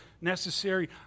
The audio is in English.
necessary